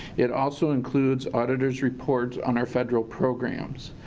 it also includes auditor's report on our federal programs.